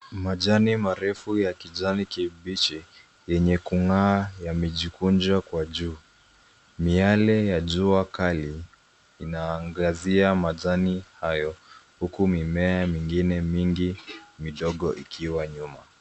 Majani marefu ya kijani kibichi yenye kung'aa yamejikunja kwa juu. Miale ya jua kali inaangazia majani hayo huku mimea mingine mingi midogo ikiwa nyuma.